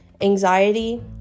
anxiety